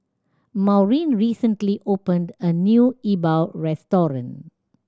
Maurine recently opened a new E Bua restaurant